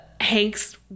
hanks